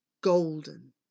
golden